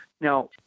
Now